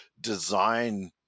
design